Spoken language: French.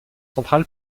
central